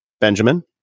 Benjamin